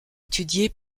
étudiée